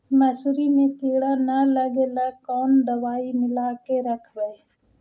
मसुरी मे किड़ा न लगे ल कोन दवाई मिला के रखबई?